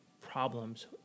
problems